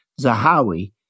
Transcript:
Zahawi